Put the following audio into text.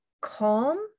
calm